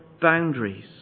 boundaries